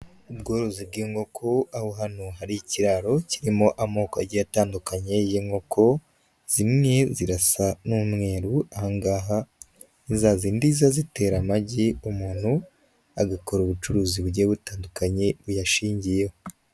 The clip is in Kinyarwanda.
Ubworozi bw'inkoko aho hano hari ikiraro kirimo amoko agiye atandukanye y'inkoko zimwe zirasa n'umweru aha ngaha ni za zindi ziba zitera amagi umuntu agakora ubucuruzi bugiye butandukanye buyashingiyeho.